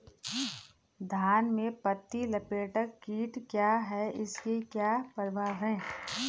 धान में पत्ती लपेटक कीट क्या है इसके क्या प्रभाव हैं?